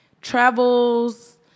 travels